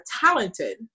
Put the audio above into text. talented